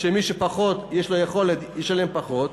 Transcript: שמי שיש לו פחות יכולת ישלם פחות.